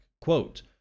Quote